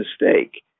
mistake